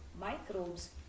microbes